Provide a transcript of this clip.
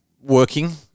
working